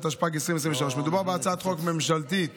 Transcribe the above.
התשפ"ג 2023. מדובר בהצעת חוק ממשלתית